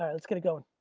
um it's gonna go